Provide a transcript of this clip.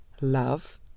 Love